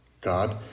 God